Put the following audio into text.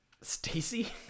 stacy